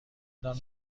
تان